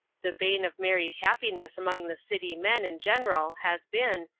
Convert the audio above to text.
the bane of married happiness among the city men in general has been,